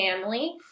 family